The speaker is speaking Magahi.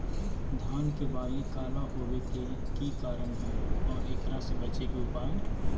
धान के बाली काला होवे के की कारण है और एकरा से बचे के उपाय?